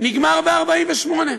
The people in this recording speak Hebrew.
נגמר ב-1948.